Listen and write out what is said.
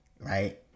right